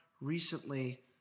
recently